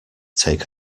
take